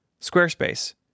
Squarespace